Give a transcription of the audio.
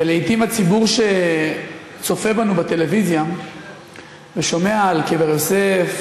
ולעתים הציבור שצופה בנו בטלוויזיה ושומע על קבר יוסף,